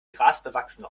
grasbewachsene